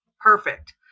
Perfect